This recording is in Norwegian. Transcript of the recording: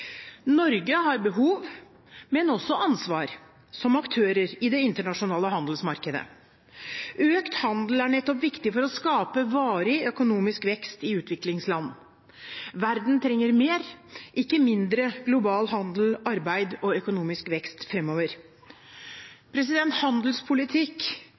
Norge har behov – men også ansvar – som aktør i det internasjonale handelsmarkedet. Økt handel er nettopp viktig for å skape varig økonomisk vekst i utviklingsland. Verden trenger mer, ikke mindre, global handel, arbeid og økonomisk vekst